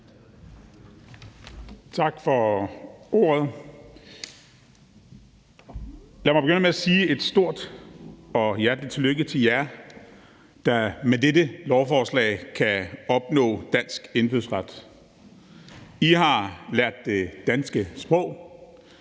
Tak for ordet. Lad mig begynde med at sige et stort og hjerteligt tillykke til jer, der med dette lovforslag kan opnå dansk indfødsret. I har lært det danske sprog,